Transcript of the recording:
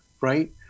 right